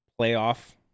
playoff